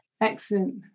Excellent